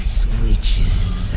switches